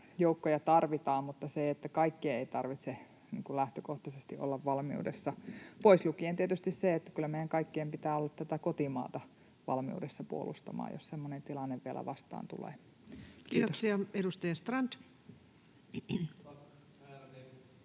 joukkoja tarvitaan mutta että kaikkien ei tarvitse lähtökohtaisesti olla valmiudessa — pois lukien tietysti se, että kyllä meidän kaikkien pitää olla tätä kotimaata valmiudessa puolustamaan, jos semmoinen tilanne vielä vastaan tulee. Kiitoksia. — Edustaja Strand.